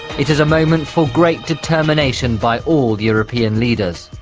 it is a moment for great determination by all the european leaders.